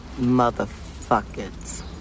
motherfuckers